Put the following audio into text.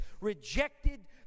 rejected